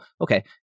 okay